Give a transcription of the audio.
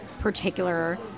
particular